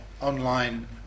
online